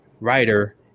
writer